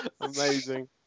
Amazing